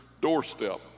doorstep